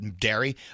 dairy